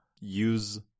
use